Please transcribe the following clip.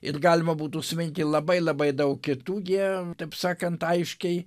ir galima būtų užsiminti labai labai daug kitų jie taip sakant aiškiai